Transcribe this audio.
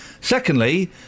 Secondly